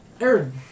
Aaron